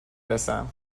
رسم